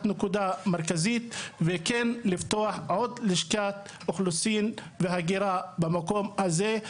נקודה מרכזית ולפתוח עוד לשכת אוכלוסין והגירה במקום הזה,